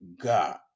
God